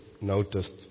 noticed